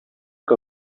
que